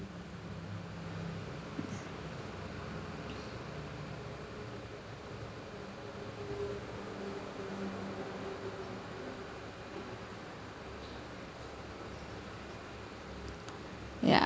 ya